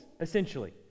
essentially